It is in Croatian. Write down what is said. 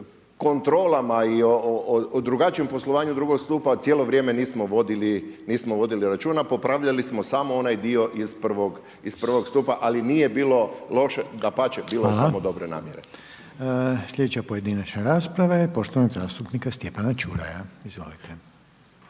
o kontrolama i o drugačijem poslovanju II. stupa cijelo vrijeme nismo vodili računa, popravljali smo samo onaj dio samo iz I. stupa ali nije bilo loše, dapače, bilo je samo dobre namjere. **Reiner, Željko (HDZ)** Hvala. Slijedeća pojedinačna rasprava je poštovanog zastupnika Stjepana Čuraja, izvolite.